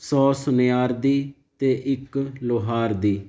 ਸੋ ਸੁਨਿਆਰ ਦੀ ਅਤੇ ਇੱਕ ਲੁਹਾਰ ਦੀ